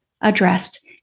addressed